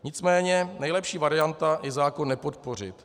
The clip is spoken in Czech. Nicméně nejlepší varianta je zákon nepodpořit.